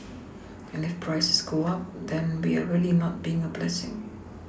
and if prices go up then we are really not being a blessing